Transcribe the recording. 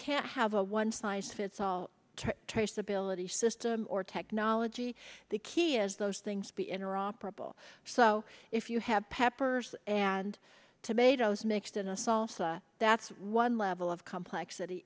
can't have a one size fits all traceability system or technology the key is those things be interoperable so if you have peppers and tomatoes mixed in a salsa that's one level of complexity